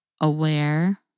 aware